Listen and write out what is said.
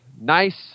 nice